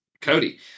Cody